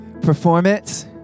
performance